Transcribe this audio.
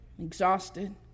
exhausted